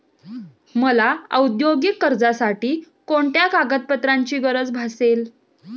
मला औद्योगिक कर्जासाठी कोणत्या कागदपत्रांची गरज भासेल?